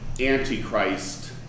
Antichrist